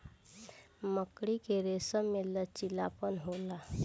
मकड़ी के रेसम में लचीलापन होला